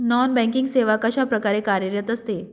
Non banking सेवा कशाप्रकारे कार्यरत असते?